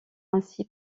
ainsi